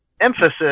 emphasis